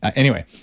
anyway,